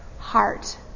Heart